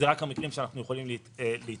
זה רק המקרים שאנחנו יכולים להתערב.